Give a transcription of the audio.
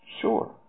Sure